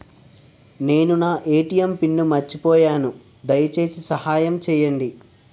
నేను నా ATM pin మర్చిపోయాను, దయచేసి సహాయం చేయండి